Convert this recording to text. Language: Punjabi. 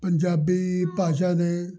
ਪੰਜਾਬੀ ਭਾਸ਼ਾ ਦੇ